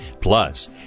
plus